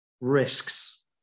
risks